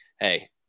hey